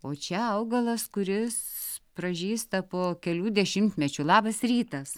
o čia augalas kuris pražysta po kelių dešimtmečių labas rytas